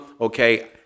okay